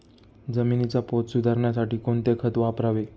जमिनीचा पोत सुधारण्यासाठी कोणते खत वापरावे?